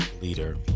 leader